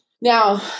Now